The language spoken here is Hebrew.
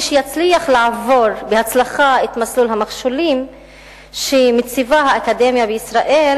מי שיצליח לעבור בהצלחה את מסלול המכשולים שמציבה האקדמיה בישראל,